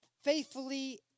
faithfully